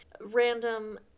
random